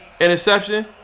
Interception